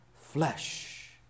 flesh